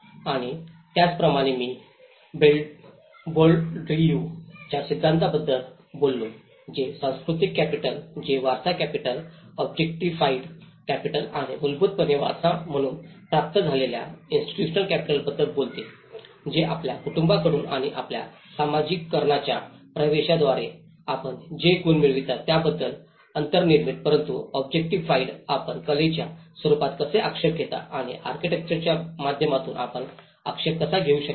आणि त्याचप्रमाणे मी बौर्डीयूBourdieu'sच्या सिद्धांताबद्दल बोललो जे सांस्कृतिक कॅपिटल जे वारसा कॅपिटल ऑब्जेक्टिफिएड कॅपिटल आणि मूलभूतपणे वारसा म्हणून प्राप्त झालेल्या इन्स्टिट्यूशनल कॅपिटलाबद्दल बोलते जे आपल्या कुटुंबाकडून आणि आपल्या समाजीकरणाच्या प्रक्रियेद्वारे आपण जे गुण मिळवतात त्याबद्दल अंतर्निर्मित परंतु ऑब्जेक्टिफिएडमध्ये आपण कलेच्या स्वरूपात कसे आक्षेप घेता आणि आर्किटेक्चरच्या माध्यमातून आपण आक्षेप कसा घेऊ शकता